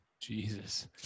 Jesus